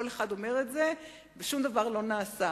כל אחד אומר את זה, ושום דבר לא נעשה.